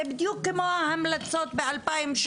זה בדיוק כמו ההמלצות ב-2016,